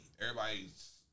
Everybody's